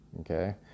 Okay